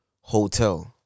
hotel